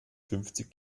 fünfzig